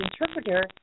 interpreter